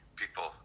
people